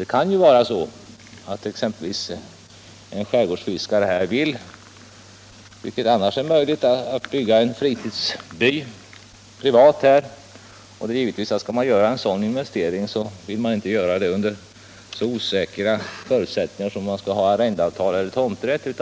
Det kan ju vara så att exempelvis en skärgårdsfiskare vill — vilket i andra fall är möjligt — bygga en fritidsby i privat regi. Givetvis vill man då inte göra det under så osäkra förutsättningar som gäller vid arrendeavtal eller tomträtt. Det